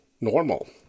normal